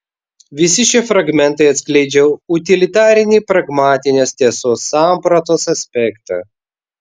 visi šie fragmentai atskleidžia utilitarinį pragmatinės tiesos sampratos aspektą